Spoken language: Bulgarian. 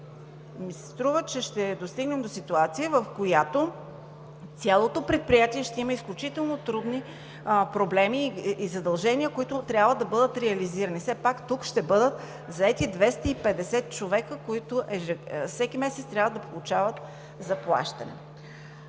ми се струва, че ще достигнем до ситуация, в която цялото предприятие ще има изключително трудни проблеми и задължения, които трябва да бъдат реализирани. Все пак тук ще бъдат заети 250 човека, които всеки месец трябва да получават заплащане.